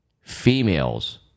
females